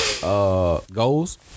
Goals